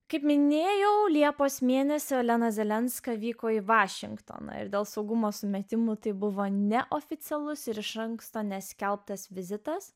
kaip minėjau liepos mėnesio olena zilinską vyko į vašingtoną ir dėl saugumo sumetimų tai buvo neoficialus ir iš anksto neskelbtas vizitas